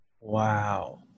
Wow